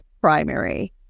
primary